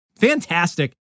fantastic